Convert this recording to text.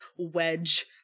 wedge